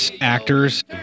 actors